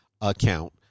account